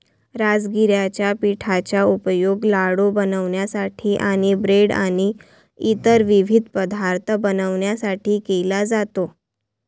राजगिराच्या पिठाचा उपयोग लाडू बनवण्यासाठी आणि ब्रेड आणि इतर विविध पदार्थ बनवण्यासाठी केला जातो